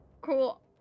Cool